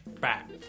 back